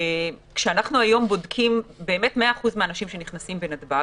כשאנחנו היום בודקים באמת 100% מהאנשים שנכנסים בנתב"ג,